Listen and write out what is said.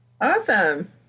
Awesome